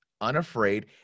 unafraid